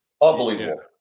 unbelievable